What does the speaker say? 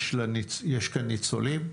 יש כאן ניצולים,